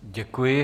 Děkuji.